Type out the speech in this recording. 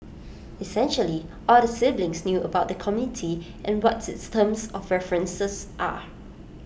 essentially all the siblings knew about the committee and what its terms of references are